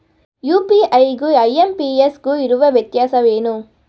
UPI ಗು IMPS ಗು ಇರುವ ವ್ಯತ್ಯಾಸವೇನು?